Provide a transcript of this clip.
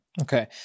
Okay